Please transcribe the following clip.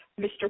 Mr